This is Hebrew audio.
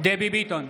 דבי ביטון,